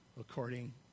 according